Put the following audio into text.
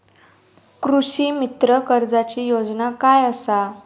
कृषीमित्र कर्जाची योजना काय असा?